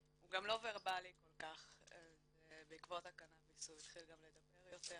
הוא גם לא ורבלי כל כך אז בעקבות הקנאביס הוא התחיל גם לדבר יותר.